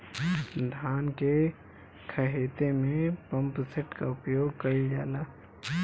धान के ख़हेते में पम्पसेट का उपयोग कइल जाला?